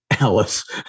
Alice